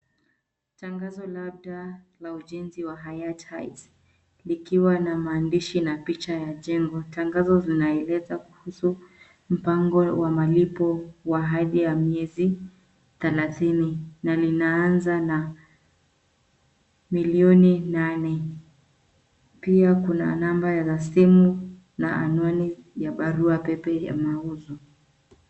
Tangazo labda la ujenzi wa Hayat Heights likiwa na maandishi na picha ya jengo. Tangazo zinaeleza kuhusu mpango wa malipo wa hadi ya miezi thelathini na linaanza na milioni nane. Pia kuna namba za simu na anwani ya barua pepe ya mauzo.